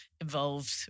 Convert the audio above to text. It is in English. involved